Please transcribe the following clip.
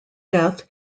death